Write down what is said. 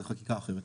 זה חקיקה אחרת.